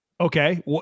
Okay